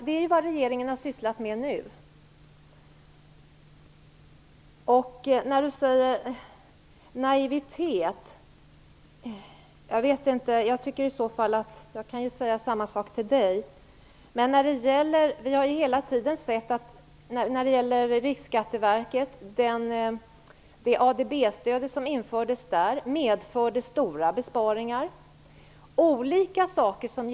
Det är vad regeringen har sysslat med nu. Per Rosengren talar om naivitet. Jag kan säga samma sak till honom. Det ADB-stöd som infördes på Riksskatteverket medförde stora besparingar. Olika saker genomförs.